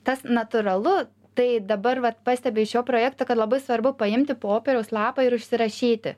tas natūralu tai dabar vat pastebiu iš šio projekto kad labai svarbu paimti popieriaus lapą ir užsirašyti